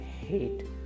hate